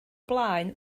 blaen